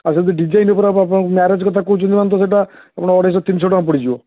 ଆଉ ଯଦି ଡିଜାଇନ୍ ଉପରେ ହବ ଆପଣ ମ୍ୟାରେଜ୍ କଥା କହୁଛନ୍ତି ମାନେ ତ ସେଇଟା ଆପଣଙ୍କ ଅଢ଼େଇ ଶହ ତିନିଶହ ଟଙ୍କା ପଡ଼ିଯିବ